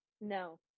no